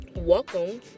Welcome